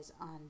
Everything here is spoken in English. on